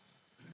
Hvala